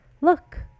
Look